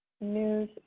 news